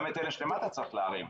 גם את אלה שלמטה צריך להרים.